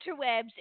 interwebs